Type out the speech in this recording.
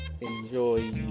enjoy